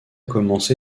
commencé